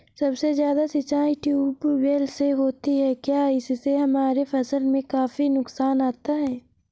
सबसे ज्यादा सिंचाई ट्यूबवेल से होती है क्या इससे हमारे फसल में काफी नुकसान आता है?